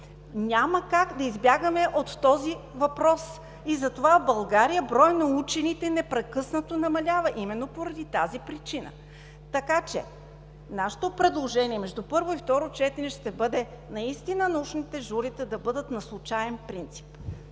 Няма как да избягаме от този въпрос и затова в България броят на учените непрекъснато намалява именно поради тази причина. Така че нашето предложение между първо и второ четене ще бъде научните журита да бъдат на случаен принцип.